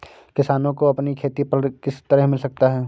किसानों को अपनी खेती पर ऋण किस तरह मिल सकता है?